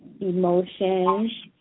emotions